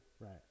Right